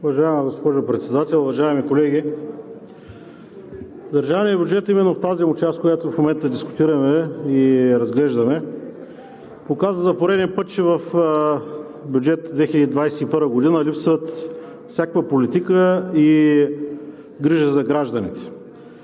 Уважаема госпожо Председател, уважаеми колеги! Държавният бюджет именно в тази му част, която в момента дискутираме и разглеждаме, показва за пореден път, че в бюджет 2021 г. липсва всякаква политика и грижа за гражданите.